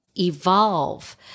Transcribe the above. evolve